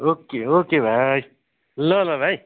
okay okay भाइ ल ल भाइ